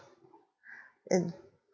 and